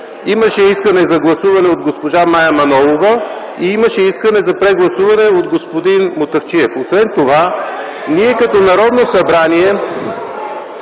Имаше искане за гласуване от госпожа Мая Манолова и имаше искане за прегласуване от господин Мутафчиев. Освен това, ние като Народно събрание